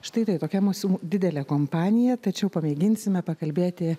štai tai tokia mūsų didelė kompanija tačiau pamėginsime pakalbėti